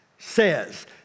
says